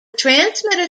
transmitter